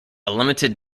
limited